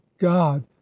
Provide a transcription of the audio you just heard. god